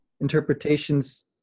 interpretations